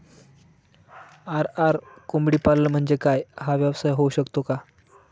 RR कोंबडीपालन म्हणजे काय? हा व्यवसाय होऊ शकतो का?